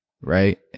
right